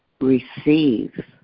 receive